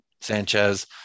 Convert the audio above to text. Sanchez